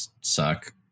suck